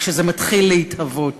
כשזה מתחיל להתהוות.